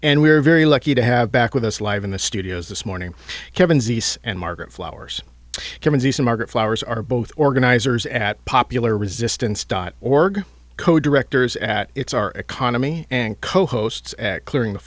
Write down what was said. and we're very lucky to have back with us live in the studios this morning kevin zeese and margaret flowers kevin zeese and margaret flowers are both organizers at popular resistance dot org co directors at it's our economy and co hosts act clearing the